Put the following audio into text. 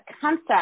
concept